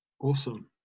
awesome